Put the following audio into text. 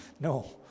No